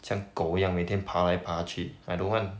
像狗一样每天爬来爬去 I don't want